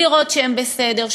לראות שהם בסדר,